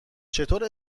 چطور